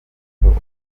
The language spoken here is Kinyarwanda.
okello